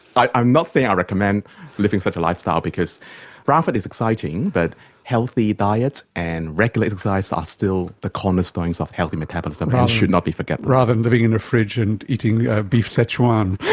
i'm not saying i recommend living such a lifestyle because brown fat is exciting, but healthy diet and regular exercise are still the cornerstones of healthy metabolism and they should not be forgotten. rather than living in a fridge and eating beef szechuan.